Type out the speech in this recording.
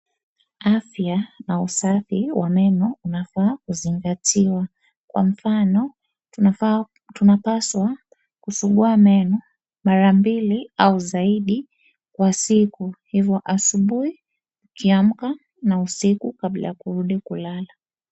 Afya na usafi wa meno unafaa kuzingatiwa. Kwa mfano, tunapaswa kusugua meno mara mbili au zaidi kwa siku. Hivyo asubuhi ukiamka na usiku kabla kurudi kulala.